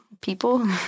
people